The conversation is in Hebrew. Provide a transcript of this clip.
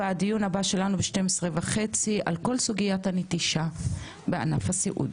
הדיון הבא שלנו ב-12:30 על כל סוגיית הנטישה בענף הסיעוד.